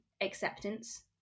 acceptance